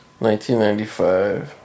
1995